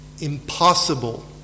impossible